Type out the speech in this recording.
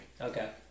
Okay